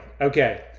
Okay